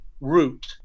root